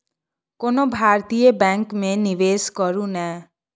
कोनो भारतीय बैंक मे निवेश करू ने